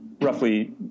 roughly